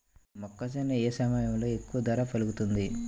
మొక్కజొన్న ఏ సమయంలో ఎక్కువ ధర పలుకుతుంది?